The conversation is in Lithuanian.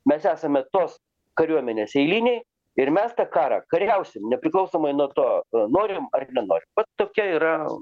mes esame tos kariuomenės eiliniai ir mes tą karą kariausim nepriklausomai nuo to norim ar nenorim tokia yra